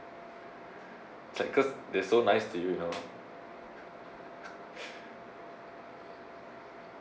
it's like because they so nice to you you know